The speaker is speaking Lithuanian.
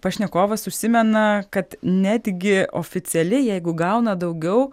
pašnekovas užsimena kad netgi oficialiai jeigu gauna daugiau